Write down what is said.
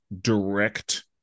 direct